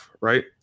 Right